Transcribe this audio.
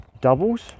doubles